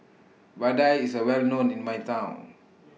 Vadai IS A Well known in My Town